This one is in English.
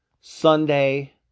Sunday